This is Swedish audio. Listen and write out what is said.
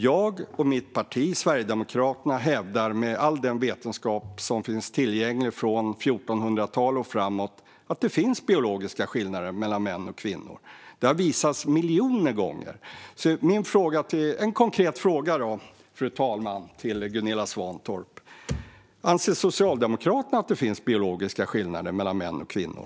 Jag och mitt parti, Sverigedemokraterna, hävdar med stöd i all den vetenskap som finns tillgänglig från 1400-talet och framåt att det finns biologiska skillnader mellan män och kvinnor. Det har visats miljoner gånger. En konkret fråga, fru talman, till Gunilla Svantorp: Anser Socialdemokraterna att det finns biologiska skillnader mellan män och kvinnor?